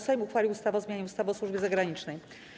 Sejm uchwalił ustawę o zmianie ustawy o służbie zagranicznej.